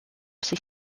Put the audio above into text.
sich